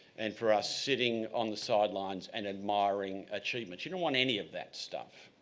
and for our sitting on the sidelines and admiring achievements. she didn't want any of that stuff.